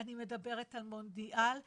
אני מדברת על מונדיאל,